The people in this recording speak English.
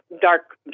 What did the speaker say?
dark